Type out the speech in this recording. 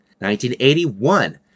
1981